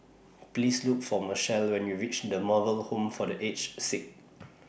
Please Look For Michaele when YOU REACH The Moral Home For The Aged Sick